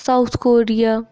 south Korea